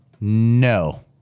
No